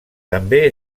també